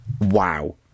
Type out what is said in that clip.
Wow